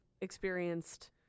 experienced